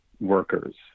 workers